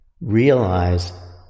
realize